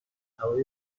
هوای